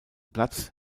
platz